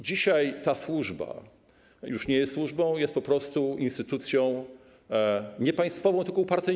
Dzisiaj ta służba już nie jest służbą, jest po prostu instytucją nie państwową, tylko upartyjnioną.